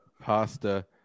pasta